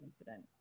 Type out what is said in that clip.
incident